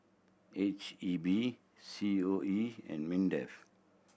H E B C O E and MINDEF